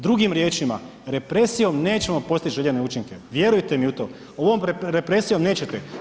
Drugim riječima, represijom nećemo postić željene učinke, vjerujte mi u to, ovom represijom nećete.